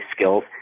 skills